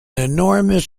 enormous